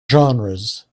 genres